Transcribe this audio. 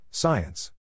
Science